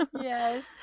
Yes